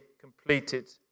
completed